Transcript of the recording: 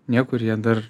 niekur jie dar